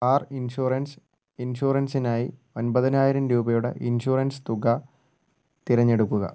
car insurance ഇൻഷൂറൻസിനായി ഒൻപതിനായിരം രൂപയുടെ ഇൻഷൂറൻസ് തുക തിരഞ്ഞെടുക്കുക